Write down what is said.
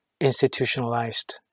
institutionalized